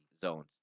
zones